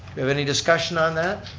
we have any discussion on that?